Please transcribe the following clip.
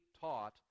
taught